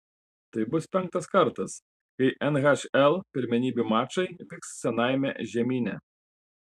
tai bus penktas kartas kai nhl pirmenybių mačai vyks senajame žemyne